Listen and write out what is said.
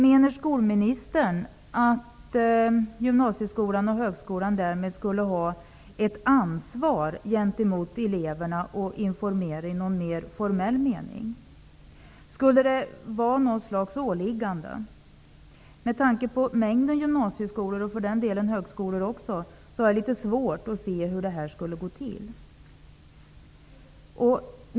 Menar skolministern att gymnasie och högskolorna därmed skulle ha ett ansvar gentemot eleverna att informera i mer formell mening? Skulle något slags åliggande åvila dem? Med tanke på den mängd gymnasie och högskolor som finns, har jag litet svårt att se hur det skulle gå till.